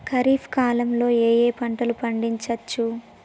ఖరీఫ్ కాలంలో ఏ ఏ పంటలు పండించచ్చు?